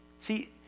See